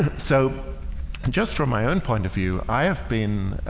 so and just from my own point of view i have been